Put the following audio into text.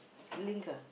link ah